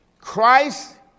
Christ